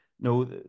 no